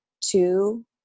two